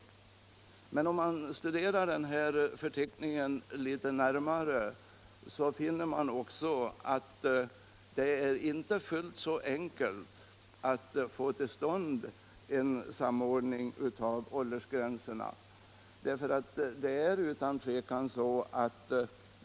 Men om man studerar förteckningen litet närmare finner man att det inte är så enkelt att få till stånd en samordning av åldersgränserna.